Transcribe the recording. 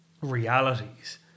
realities